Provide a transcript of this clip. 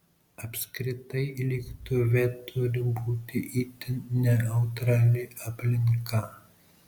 apskritai lėktuve turi būti itin neutrali aplinka